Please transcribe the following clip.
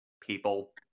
people